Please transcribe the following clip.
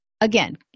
Again